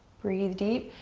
breathe deep.